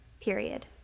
period